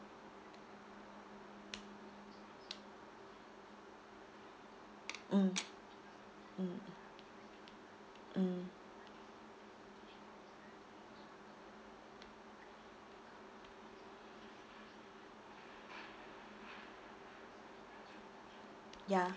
mm mm mm ya